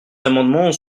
amendements